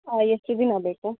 ಹಾಂ ಎಷ್ಟು ದಿನ ಬೇಕು